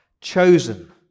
chosen